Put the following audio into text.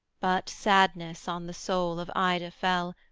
but sadness on the soul of ida fell,